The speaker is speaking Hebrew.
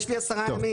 יש לי 10 ימים,